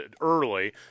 early